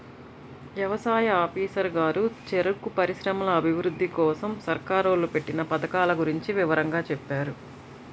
యవసాయ ఆఫీసరు గారు చెరుకు పరిశ్రమల అభిరుద్ధి కోసరం సర్కారోళ్ళు పెట్టిన పథకాల గురించి వివరంగా చెప్పారు